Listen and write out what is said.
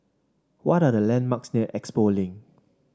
what are the landmarks near Expo Link